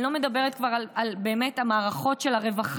אני כבר לא מדברת על המערכות של הרווחה,